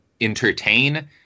entertain